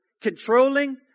Controlling